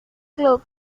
club